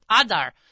Adar